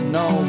no